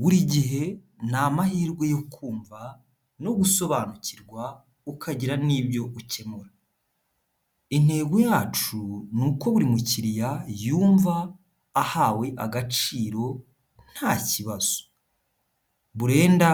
Buri gihe ni amahirwe yo kumva no gusobanukirwa ukagira n'ibyo ukemura, intego yacu ni uko buri mukiliya yumva ahawe agaciro nta kibazo, Brenda